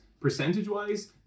percentage-wise